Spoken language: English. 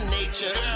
nature